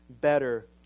better